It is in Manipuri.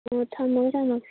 ꯊꯝꯃꯒꯦ ꯊꯝꯃꯒꯦ